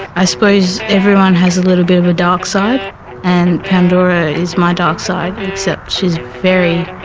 i s'pose everyone has a little bit of a dark side and pandora is my dark side, except she's very,